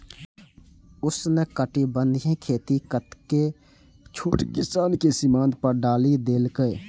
उष्णकटिबंधीय खेती कतेको छोट किसान कें सीमांत पर डालि देलकै